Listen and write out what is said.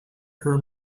her